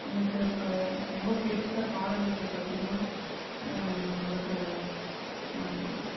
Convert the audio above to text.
எனக்கு இப்போ ரொம்ப பிடித்த பாடல்கள் பார்த்திங்கன்னா என்னோட க